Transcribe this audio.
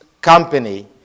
company